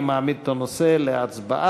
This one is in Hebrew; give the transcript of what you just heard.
אני מעמיד את הנושא להצבעה.